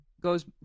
goes